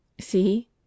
See